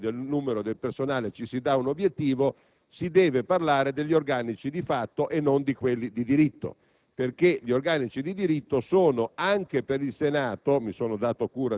è l'esigenza di precisare che quando si parla di riduzioni del personale e ci si dà un obiettivo si deve parlare degli organici di fatto e non di quelli di diritto,